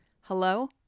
Hello